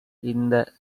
இந்த